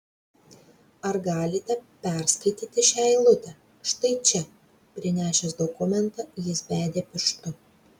ar galite perskaityti šią eilutę štai čia prinešęs dokumentą jis bedė pirštu